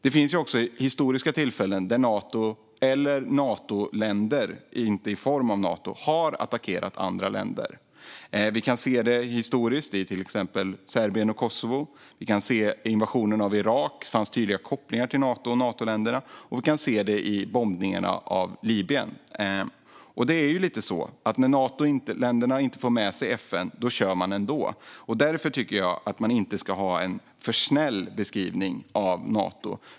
Det finns också historiska tillfällen då Nato eller Natoländer, inte i form av Nato, har attackerat andra länder. Vi kan se det historiskt i till exempel Serbien och Kosovo. Vi kan se att invasionen av Irak hade tydliga kopplingar till Nato och Natoländerna. Vi kan se det när det gäller bombningarna av Libyen. Det är lite så att när Natoländerna inte får med sig FN kör de ändå. Därför tycker jag att man inte ska ha en för snäll beskrivning av Nato.